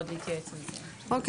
לא,